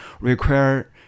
require